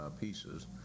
pieces